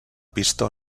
pista